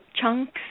chunks